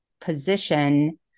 position